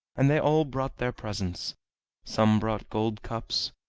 and they all brought their presents some brought gold cups,